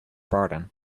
pardon